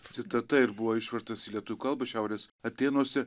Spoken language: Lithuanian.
citata ir buvo išverstas į lietuvių kalbą šiaurės atėnuose